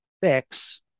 fix